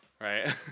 Right